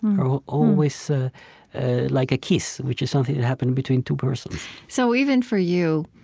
or always ah ah like a kiss, which is something that happens between two persons so even, for you,